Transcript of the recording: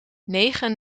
negen